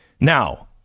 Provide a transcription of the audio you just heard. Now